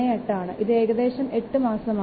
38 ആണ് ഇതു ഏകദേശം 8 മാസം ആണ്